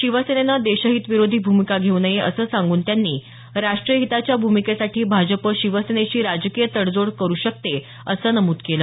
शिवसेनेनं देशहित विरोधी भूमिका घेऊ नये असं सांगून त्यांनी राष्ट्रीय हिताच्या भूमिकेसाठी भाजप शिवसेनेशी राजकीय तडजोड करू शकते असं नमूद केलं